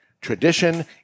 tradition